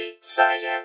Science